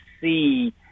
see